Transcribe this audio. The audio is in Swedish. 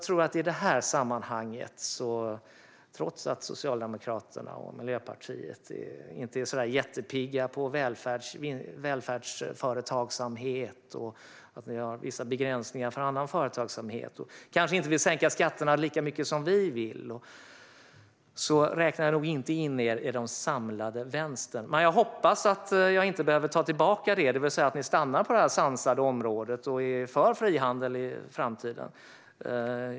Trots att Socialdemokraterna och Miljöpartiet inte är så där jättepigga på välfärdsföretagsamhet, har vissa begränsningar för annan företagsamhet och kanske inte vill sänka skatterna lika mycket som vi räknar jag nog i det här sammanhanget inte in er i den samlade vänstern. Jag hoppas att jag inte behöver ta tillbaka det och att ni stannar på det här sansade området och är för frihandel i framtiden.